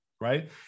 right